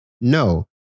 No